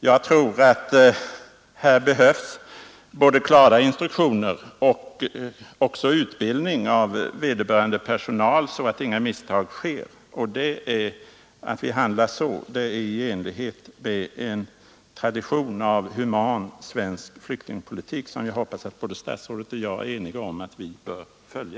Jag tror att det här behövs både klara instruktioner och utbildning av vederbörande polispersonal, så att inga misstag begås. Att vi handlar så är i enlighet med en tradition av human svensk flyktingpolitik, som jag hoppas att både fru statsrådet och jag är eniga om att vi bör följa.